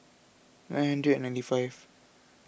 nine hundred and ninety five